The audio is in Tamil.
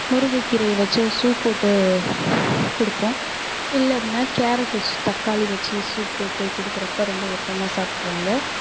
முருங்ககீரையை வச்சோ சூப் போட்டு கொடுப்போம் இல்லை அப்படின்னா கேரட்டு வச்சு தக்காளி வச்சு சூப் போட்டு கொடுக்குறப்ப ரொம்ப விருப்பமாக சாப்பிட்றாங்க